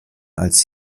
als